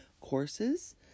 courses